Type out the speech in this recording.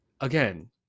again